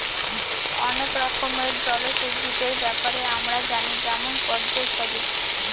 অনেক রকমের জলজ উদ্ভিদের ব্যাপারে আমরা জানি যেমন পদ্ম ইত্যাদি